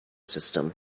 system